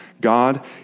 God